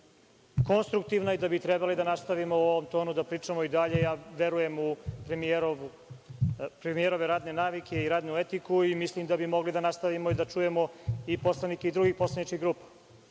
konstruktivna i da bi trebalo da nastavimo u ovom tonu da pričamo i dalje. Verujem u premijerove radne navike i radnu etiku i mislim da bi mogli da nastavimo i da čujemo i poslanike i drugih poslančkih grupa. Moje